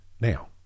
Now